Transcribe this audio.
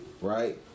right